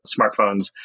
smartphones